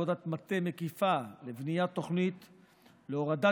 העם היהודי, אתה היום מסדיר חשמל לטרור.